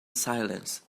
silence